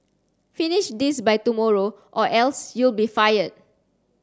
finish this by tomorrow or else you'll be fired